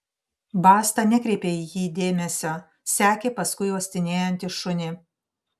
basta nekreipė į jį dėmesio sekė paskui uostinėjantį šunį